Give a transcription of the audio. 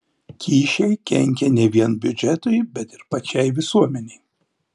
kyšiai kenkia ne vien biudžetui bet ir pačiai visuomenei